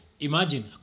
Imagine